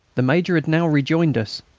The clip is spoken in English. the major had now rejoined us.